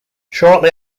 shortly